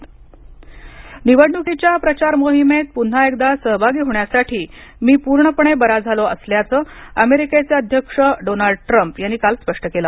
America निवडणूक निवडणुकीच्या प्रचार मोहिमेत पुन्हा एकदा सहभागी होण्यासाठी मी पूर्णपणे बरा झालो असल्याचं अमेरिकेचे अध्यक्ष डोनाल्ड ट्रम्प यांनी काल स्पष्ट केलं